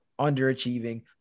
underachieving